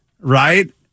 Right